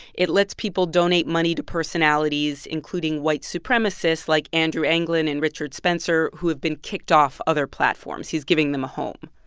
it lets people donate money to personalities including white supremacists like andrew anglin and richard spencer, who have been kicked off other platforms. he's giving them a home.